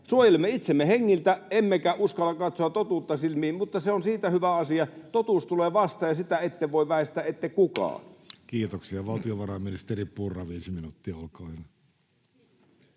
Suojelemme itsemme hengiltä, emmekä uskalla katsoa totuutta silmiin — mutta se on siitä hyvä asia: Totuus tulee vastaan, ja sitä ette voi väistää, ette kukaan. Kiitoksia. — Valtiovarainministeri Purra, viisi minuuttia,